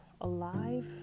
alive